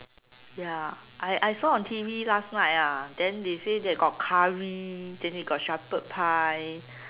ya I I saw on T_V last night ah then they say they got curry then they got shepherd pie